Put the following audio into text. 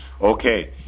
Okay